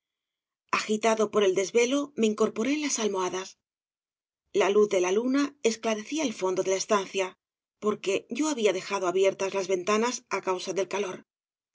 agitado por el desvelo me incorporé en las almohadas la luz de la luna esclarecía el fondo de la estancia porque yo había dejado abiertas las ventanas á causa del calor